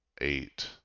eight